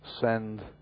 send